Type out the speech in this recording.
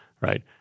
Right